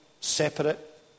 Separate